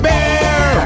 Bear